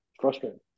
frustrating